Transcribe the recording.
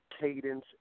cadence